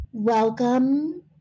Welcome